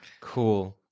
cool